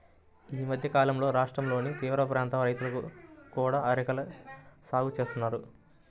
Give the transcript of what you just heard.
ఈ మధ్యకాలంలో రాష్ట్రంలోని తీరప్రాంత రైతులు కూడా అరెకల సాగు చేస్తున్నారు